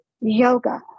yoga